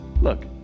Look